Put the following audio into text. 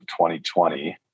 2020